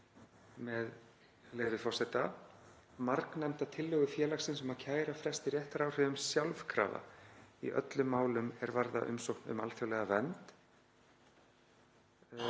með leyfi forseta, „… margnefnda tillögu félagsins um að kæra fresti réttaráhrifum sjálfkrafa í öllum málum er varða umsókn um alþjóðlega vernd